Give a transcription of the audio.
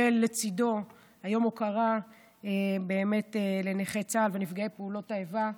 ולצידו יום ההוקרה לנכי צה"ל ולנפגעי פעולות האיבה,